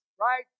right